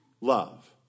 love